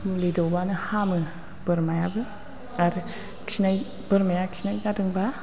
मुलि दौबानो हामो बोरमायाबो आरो बोरमाया खिनाय जादोंबा